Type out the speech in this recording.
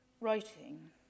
writing